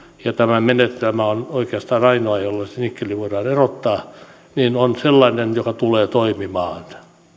ja tämä menetelmä on oikeastaan ainoa jolla se nikkeli voidaan erottaa ja on sellainen joka tulee toimimaan